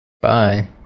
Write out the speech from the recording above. Bye